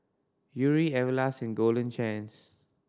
Yuri Everlast and Golden Chance